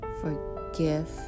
forgive